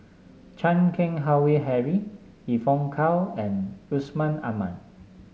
Chan Keng Howe Harry Evon Kow and Yusman Aman